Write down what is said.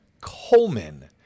Coleman